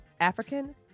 African